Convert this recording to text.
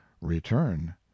return